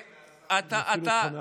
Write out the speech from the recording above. לא.